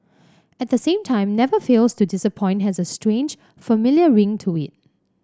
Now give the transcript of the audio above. at the same time never fails to disappoint has a strange familiar ring to it